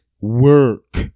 work